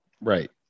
right